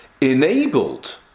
enabled